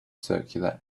circular